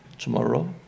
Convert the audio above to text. Tomorrow